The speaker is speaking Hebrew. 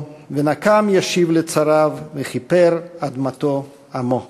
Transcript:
ונקם ישיב לצריו וכִפֶּר אדמָתו עַמו".